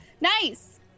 Nice